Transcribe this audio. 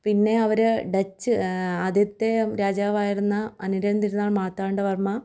പിന്നേ അവർ ഡച്ച് ആദ്യത്തെ രാജാവായിരുന്ന അനിഴം തിരുനാൾ മാർത്താണ്ഡ വർമ്മ